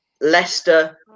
Leicester